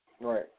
Right